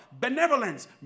benevolence